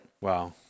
Wow